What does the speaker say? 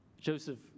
Joseph